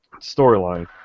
Storyline